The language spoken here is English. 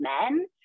men